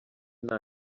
nta